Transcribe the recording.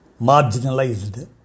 marginalized